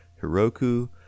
Heroku